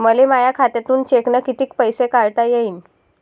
मले माया खात्यातून चेकनं कितीक पैसे काढता येईन?